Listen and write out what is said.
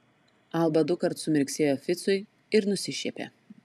alba dukart sumirksėjo ficui ir nusišiepė